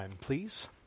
please